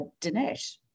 Dinesh